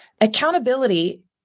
Accountability